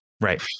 right